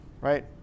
right